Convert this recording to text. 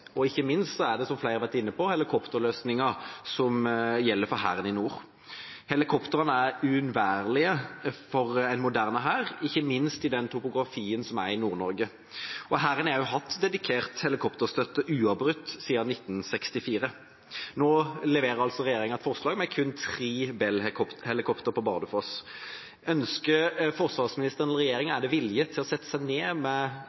ikke minst, som flere har vært inne på, helikopterløsningene som gjelder for Hæren i nord. Helikoptrene er uunnværlige for en moderne hær, ikke minst i den topografien som er i Nord-Norge. Hæren har hatt dedikert helikopterstøtte – uavbrutt – siden 1964. Nå leverer altså regjeringa forslag med kun tre Bell-helikoptre på Bardufoss. Ønsker forsvarsministeren og regjeringa – er det vilje til – å sette seg ned